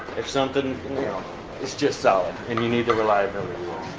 if something you know it's just solid and you need to rely very